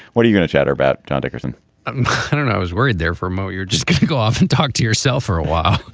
what are you gonna chatter about. john dickerson i was worried there for mo. you're just going to go off and talk to yourself for a while.